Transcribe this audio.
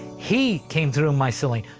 he came through my ceiling.